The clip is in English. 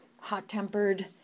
hot-tempered